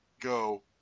go